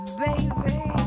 baby